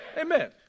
Amen